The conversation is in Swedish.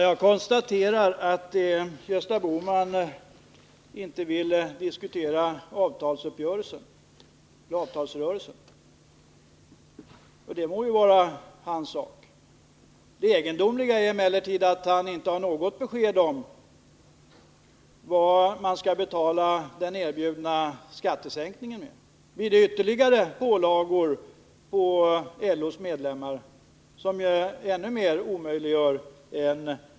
Det upplevs av många svenskar som en brist i svensk skattelagstiftning att det inte finns en klausul som medför att personer, som genom t.ex. kulturell eller sportslig insats bidragit till att vårt land fått berömmelse — och stimulans åt näringslivet i vissa fall, såsom då det nu senast gäller Ingemar Stenmark — kan tillerkännas lättnader i inkomstbeskattningen.